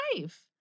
life